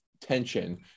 tension